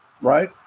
Right